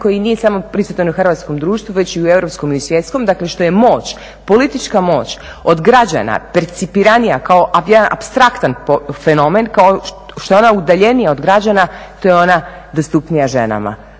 koji nije samo prisutan u hrvatskom društvu već i u europskom i u svjetskom, dakle što je moć, politička moć od građana percipiranija kao jedan apstraktan fenomen, što je ona udaljenija od građana to je ona dostupnija ženama.